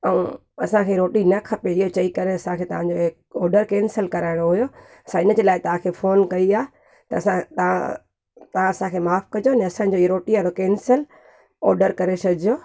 ऐं असांखे रोटी न खपे इहो चई करे असांखे तव्हां जो हीउ ऑडर केंसिल कराइणो हुयो असां इन जे लाहे तव्हां खे फ़ोन कयी आहे त असां तव्हां तव्हां असांखे माफ़ु कजो अने असांखे रोटी वारो केंसिल ऑडर करे छॾिजो